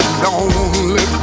lonely